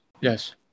Yes